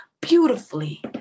beautifully